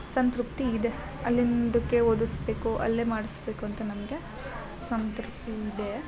ಸಂತೃಪ್ತಿ ಇದೆ ಅಲ್ಲಿಂದುಕ್ಕೆ ಓದಿಸ್ಬೇಕು ಅಲ್ಲೇ ಮಾಡ್ಸ್ಬೇಕು ಅಂತ ನಮಗೆ ಸಂತೃಪ್ತಿ ಇದೆ